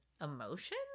emotion